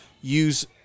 Use